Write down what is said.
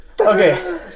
Okay